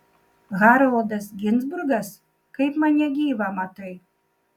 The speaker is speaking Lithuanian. haroldas ginzburgas kaip mane gyvą matai